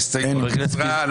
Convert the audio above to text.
הצבעה ההסתייגות לא התקבלה.